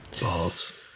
Balls